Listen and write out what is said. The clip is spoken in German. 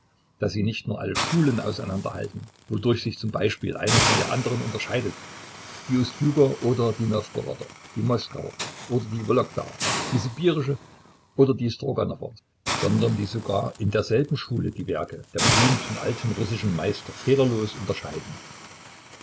daß sie nicht nur alle schulen auseinanderhalten wodurch sich zum beispiel eine von der anderen unterscheidet die ustjuger oder die nowgoroder die moskauer oder die wologdaer die sibirische oder die stroganower sondern die sogar in derselben schule die werke der berühmten alten russischen meister fehlerlos unterscheiden